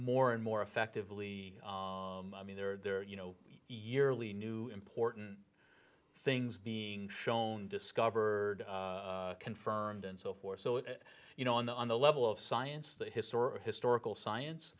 more and more effectively i mean there are there are you know yearly new important things being shown discovered confirmed and so forth so it you know on the on the level of science the historic historical science